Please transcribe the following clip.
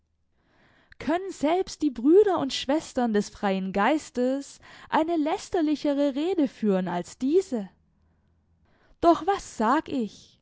können selbst die brüder und schwestern des freien geistes eine lästerlichere rede führen als diese doch was sag ich